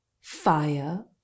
fire